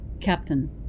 Captain